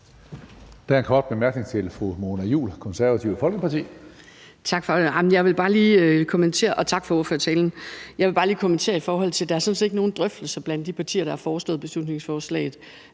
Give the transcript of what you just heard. er en kort bemærkning til fru Mona Juul, Det Konservative Folkeparti.